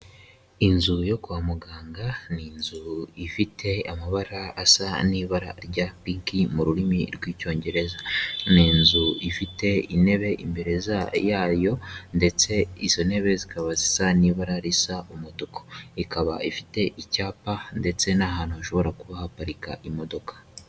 Inzu yo kwa muganga ni inzu ifite amabara asa n'ibara rya pink mu rurimi rw'icyongereza, ni inzu ifite intebe imbere yayo ndetse izo ntebe zikaba zisa n'ibara risa umutuku, ikaba ifite icyapa ndetse n'ahantu hashobora kuba haparika imodoka.